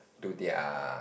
to their